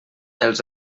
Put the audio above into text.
els